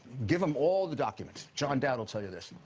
give them all the documents. john dowd will tell you this.